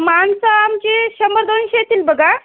माणसं आमची शंभर दोनशे येतील बघा